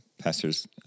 pastor's